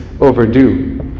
overdue